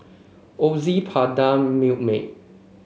Ozi Prada Milkmaid